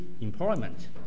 employment